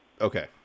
Okay